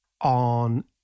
on